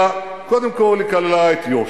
קודם כול היא כללה את יו"ש.